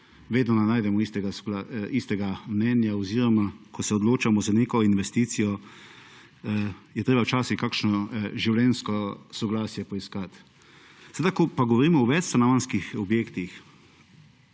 vedno ne najdemo istega mnenja oziroma, ko se odločamo za neko investicijo, je treba včasih kakšno življenjsko soglasje poiskat. Seveda, ko pa govorimo o večstanovanjskih objektih,